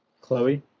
Chloe